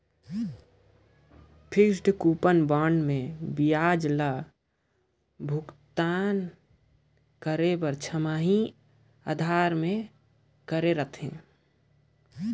fixed coupon bond मे बियाज के भुगतान हर छमाही आधार में करल जाथे